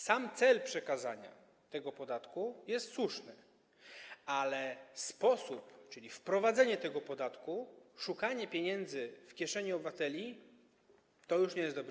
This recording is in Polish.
Sam cel przekazania tego podatku jest słuszny, ale sposób, czyli wprowadzenie tego podatku, szukanie pieniędzy w kieszeniach obywateli, już nie jest dobry.